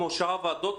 כמו שאר הוועדות,